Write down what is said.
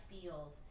feels